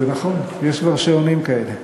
זה נכון, יש כבר שעונים כאלה.